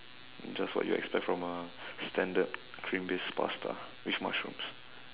just what you expect from a standard cream based pasta with mushrooms